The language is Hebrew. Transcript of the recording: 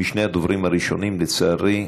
משני הדוברים הראשונים, לצערי,